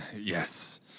Yes